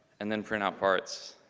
and then print out parts.